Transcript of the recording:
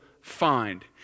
find